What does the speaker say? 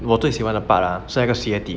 我最喜欢的 part ah 是那个鞋底